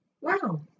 Wow